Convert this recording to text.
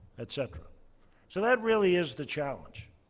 etc. so that really is the challenge.